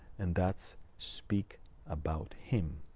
and that's speak about him.